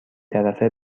طرفه